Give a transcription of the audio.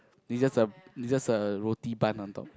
is just a is just a roti bun on top